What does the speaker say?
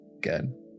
Good